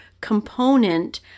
component